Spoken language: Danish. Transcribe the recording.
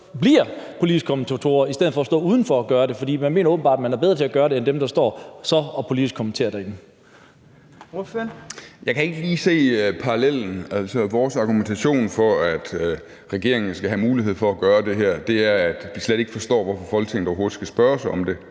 bliver politisk kommentator i stedet for at stå udenfor og gøre det. For man mener åbenbart, at man er bedre til at gøre det end dem, der står derinde og kommenterer det politisk. Kl. 18:01 Fjerde næstformand (Trine Torp): Ordføreren. Kl. 18:01 Ole Birk Olesen (LA): Jeg kan ikke lige se parallellen. Altså, vores argumentation for, at regeringen skal have mulighed for at gøre det her, er, at vi slet ikke forstår, hvorfor Folketinget overhovedet skal spørges om det,